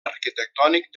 arquitectònic